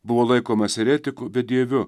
buvo laikomas eretiku bedieviu